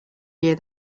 here